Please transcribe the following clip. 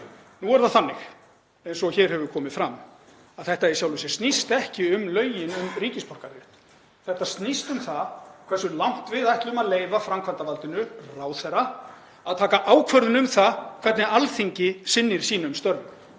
Nú er það þannig, eins og hér hefur komið fram, að þetta í sjálfu sér snýst ekki um lögin um ríkisborgararétt. Þetta snýst um það hversu langt við ætlum að leyfa framkvæmdarvaldinu, ráðherra, að taka ákvörðun um það hvernig Alþingi sinnir sínum störfum.